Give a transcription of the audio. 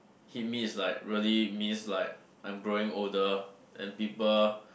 hit me is like really means like I'm growing older and people